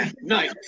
night